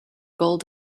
gold